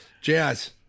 Jazz